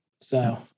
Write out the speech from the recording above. So-